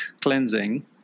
cleansing